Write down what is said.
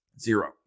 Zero